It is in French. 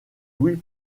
louis